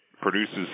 produces